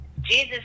Jesus